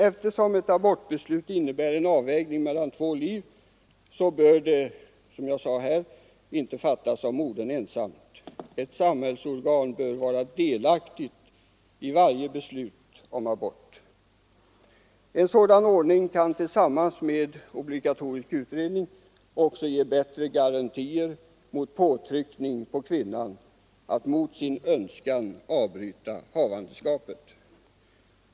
Eftersom ett abortbeslut innebär en avvägning mellan två liv bör, som jag sade, detta beslut ej fattas av modern ensam. Ett samhällsorgan bör vara delaktigt i varje beslut om abort. En sådan ordning kan tillsammans med obligatorisk utredning också ge bättre garantier mot påtryckning på kvinnan att mot sin önskan avbryta havandeskapet.